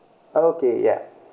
okay ya